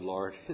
Lord